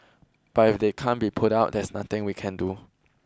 but if they can't be put out there's nothing we can do